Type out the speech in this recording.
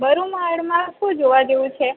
બરૂમાળમાં શું જોવા જેવું છે